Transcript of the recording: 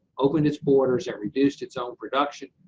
opened its borders and reduced its own production.